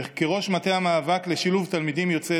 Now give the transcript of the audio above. וכראש מטה המאבק לשילוב תלמידים יוצאי